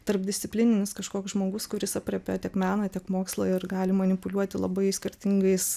tarpdisciplininis kažkoks žmogus kuris aprėpia tiek meną tiek mokslą ir gali manipuliuoti labai skirtingais